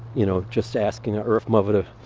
you know, just asking earth mother,